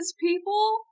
people